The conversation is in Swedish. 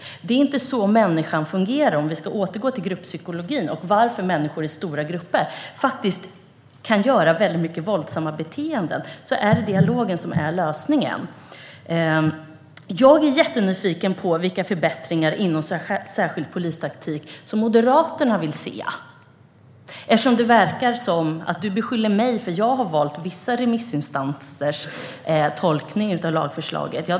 Det är inte så människan fungerar, om vi ska återgå till gruppsykologi och varför människor i stora grupper kan ha väldigt våldsamma beteenden. Det är dialog som är lösningen. Jag är jättenyfiken på vilka förbättringar inom särskild polistaktik som Moderaterna vill se, eftersom det verkar som att Krister Hammarbergh beskyller mig för att ha valt vissa remissinstansers tolkning av lagförslaget.